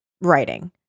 writing